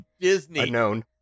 Disney